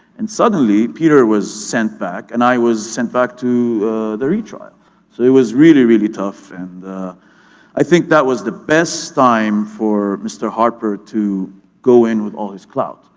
and suddenly peter was sent back and i was sent back to the re-trial. mf so it was really, really tough, and i think that was the best time for mr. harper to go in with all his clout,